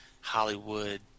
Hollywood